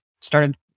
started